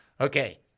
Okay